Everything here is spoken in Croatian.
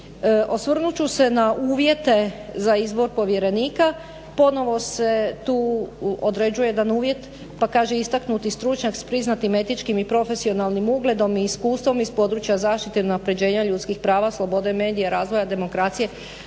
Osvrnut ću se na uvjete za izbor povjerenika, ponovo se tu određuje jedan uvjet, pa kaže istaknuti stručnjak s priznatim etičkim i profesionalnim ugledom i iskustvom iz područja zaštite unaprjeđenja ljudskih prava, slobode medija, razvoja demokracije,